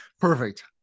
Perfect